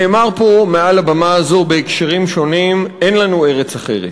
נאמר פה מעל הבמה הזאת בהקשרים שונים: אין לנו ארץ אחרת.